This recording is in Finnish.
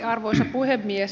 arvoisa puhemies